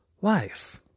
life